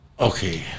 Okay